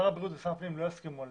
שר הבריאות ושר הפנים לא יסכימו,